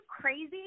crazy